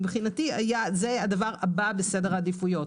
מבחינתי זה היעד הבא בסדר העדיפויות.